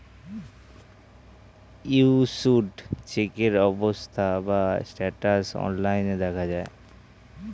issued চেকের অবস্থা বা স্ট্যাটাস অনলাইন দেখা যায়